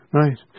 right